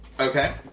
Okay